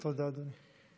תודה, אדוני.